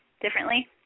differently